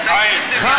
חיים, חיים.